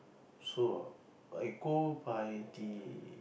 so I go by the